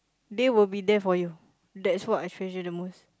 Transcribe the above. they will be there for you that's what I treasure the most